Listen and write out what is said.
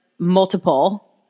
multiple